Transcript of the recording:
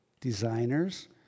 designers